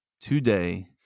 today